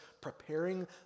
preparing